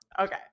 Okay